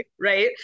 right